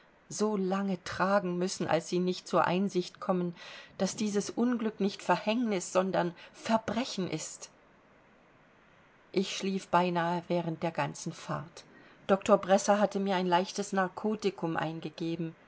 so lange tragen müssen als sie nicht zur einsicht kommen daß dieses unglück nicht verhängnis sondern verbrechen ist ich schlief beinahe während der ganzen fahrt doktor bresser hatte mir ein leichtes narkotikum eingegeben